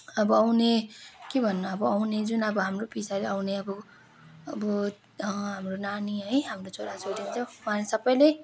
अब आउने के भन्नु अब आउने जुन अब हाम्रो पछाडि आउने अब अब हाम्रो नानी है हाम्रो छोराछोरी जो उहाँहरू सबैले